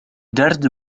derde